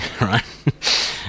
right